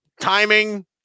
timing